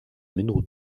minuten